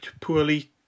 poorly